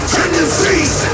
Tendencies